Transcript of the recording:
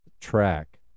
track